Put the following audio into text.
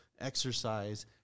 exercise